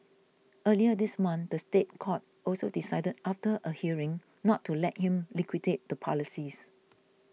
earlier this month the State Court also decided after a hearing not to let him liquidate the policies